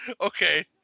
Okay